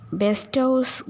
bestows